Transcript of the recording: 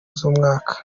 z’umwaka